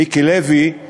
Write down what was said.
מיקי לוי,